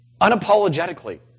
unapologetically